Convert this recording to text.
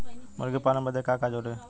मुर्गी पालन बदे का का जरूरी ह?